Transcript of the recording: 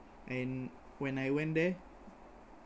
and when I went there